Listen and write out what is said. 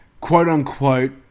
quote-unquote